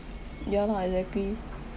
ya lah exactly